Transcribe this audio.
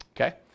okay